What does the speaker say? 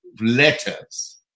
letters